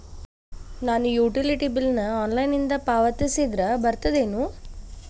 ನಾನು utility bill ನ ಆನ್ಲೈನಿಂದ ಪಾವತಿಸಿದ್ರ ಬರ್ತದೇನು?